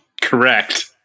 Correct